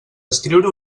escriure